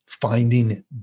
finding